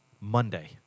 Monday